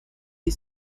die